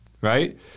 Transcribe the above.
right